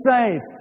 saved